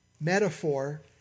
metaphor